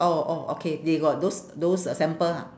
oh oh okay they got those those uh sample ah